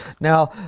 now